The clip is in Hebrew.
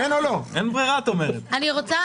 בסוף